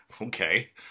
Okay